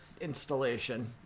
installation